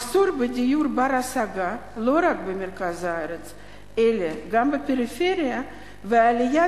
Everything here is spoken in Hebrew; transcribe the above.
מחסור בדיור בר-השגה לא רק במרכז הארץ אלא גם בפריפריה ועלייה